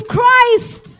Christ